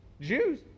Jews